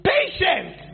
Patient